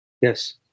yes